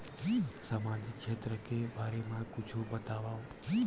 सामाजिक क्षेत्र के बारे मा कुछु बतावव?